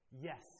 Yes